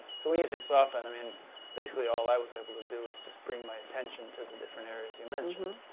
so when you say soften, i mean basically all i was able to do was just bring my attention to the different areas you mentioned,